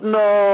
no